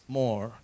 more